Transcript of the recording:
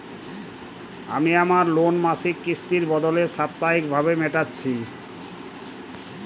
আমি আমার লোন মাসিক কিস্তির বদলে সাপ্তাহিক ভাবে মেটাচ্ছি